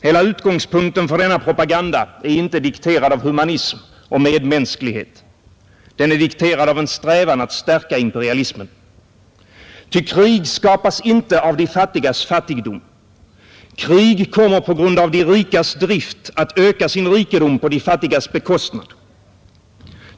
Hela utgångspunkten för denna propaganda är inte dikterad av humanism och medmänsklighet. Den är dikterad av en strävan att stärka imperialismen. Ty krig skapas inte av de fattigas fattigdom. Krig kommer på grund av de rikas drift att öka sin rikedom på de fattigas bekostnad.